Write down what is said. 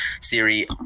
Siri